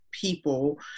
people